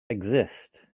exist